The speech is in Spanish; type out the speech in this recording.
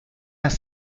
las